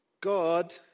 God